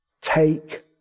Take